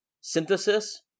synthesis